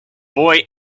boy